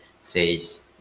says